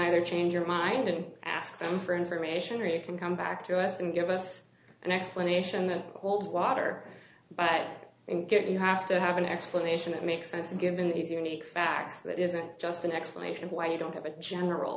either change your mind and ask them for information or you can come back to us and give us an explanation that holds water and get you have to have an explanation that makes sense and given these unique facts that isn't just an explanation of why you don't have a general